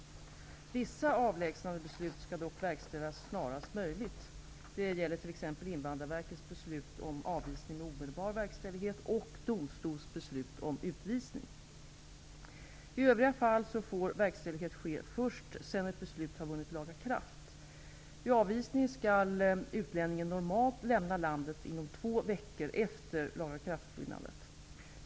Vissa avlägsnandebeslut skall dock verkställas snarast möjligt. Detta gäller t.ex. Invandrarverkets beslut om avvisning med omedelbar verkställighet och domstols beslut om utvisning. I övriga fall får verkställighet ske först sedan ett beslut vunnit laga kraft. Vid avvisning skall utlänningen normalt lämna landet inom två veckor efter lagakraftvinnandet.